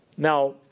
Now